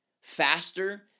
faster